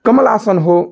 कमलासन हो